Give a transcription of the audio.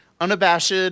unabashed